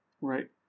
Right